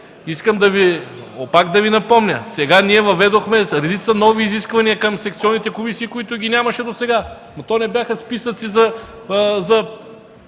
Искам пак да Ви напомня –въведохме редица нови изисквания към секционните комисии, които ги нямаше досега. То не бяха списъци за